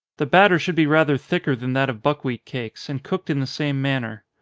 the batter should be rather thicker than that of buckwheat cakes, and cooked in the same manner.